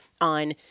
on